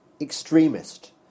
extremist